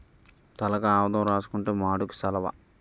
తలకి ఆవదం రాసుకుంతే మాడుకు సలవ